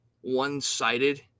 one-sided